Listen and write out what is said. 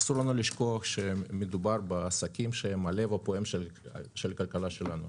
אסור לנו לשכוח שמדובר בעסקים שהם הלב הפועם של הכלכלה שלנו,